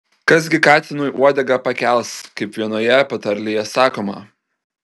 kas gi katinui uodegą pakels kaip vienoje patarlėje sakoma